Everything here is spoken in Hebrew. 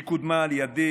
היא קודמה על ידי,